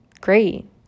great